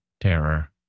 terror